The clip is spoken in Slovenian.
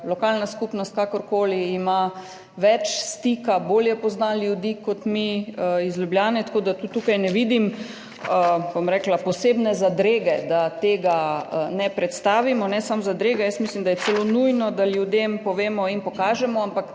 lokalna skupnost več stika, bolje pozna ljudi kot mi iz Ljubljane, tako da tudi tukaj ne vidim posebne zadrege, da tega ne predstavimo. Ne samo zadrege, jaz mislim, da je celo nujno, da ljudem povemo in pokažemo, ampak